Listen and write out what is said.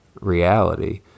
reality